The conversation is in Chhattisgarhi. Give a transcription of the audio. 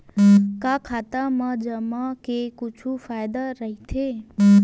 का खाता मा जमा के कुछु फ़ायदा राइथे?